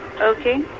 Okay